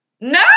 No